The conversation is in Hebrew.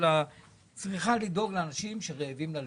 צריכה לדאוג לאנשים שרעבים ללחם.